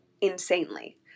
insanely